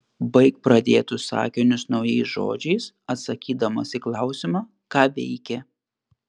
baik pradėtus sakinius naujais žodžiais atsakydamas į klausimą ką veikė